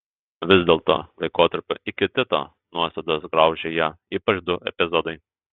vis dėlto laikotarpio iki tito nuosėdos graužė ją ypač du epizodai